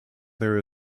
there